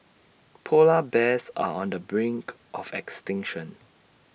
Polar Bears are on the brink of extinction